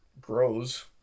grows